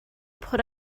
put